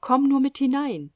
komm nur mit hinein